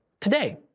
today